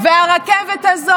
בהחלט.